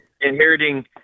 inheriting